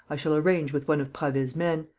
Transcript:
i shall arrange with one of prasville's men.